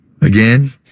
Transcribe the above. again